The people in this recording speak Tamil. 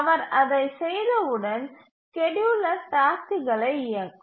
அவர் அதைச் செய்தவுடன் ஸ்கேட்யூலர் டாஸ்க்குகளை இயக்கும்